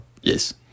Yes